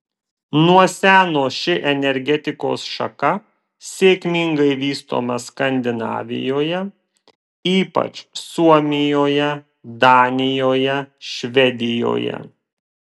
nuo seno ši energetikos šaka sėkmingai vystoma skandinavijoje ypač suomijoje danijoje švedijoje